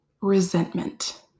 resentment